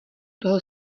toho